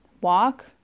walk